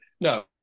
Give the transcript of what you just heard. No